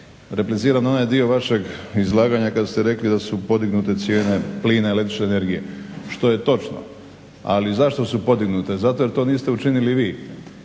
Repliciram na onaj dio vašeg izlaganja kad ste rekli da su podignute cijene plina i električne energije što je točno, ali zašto su podignute? Zato jer to niste učinili vi.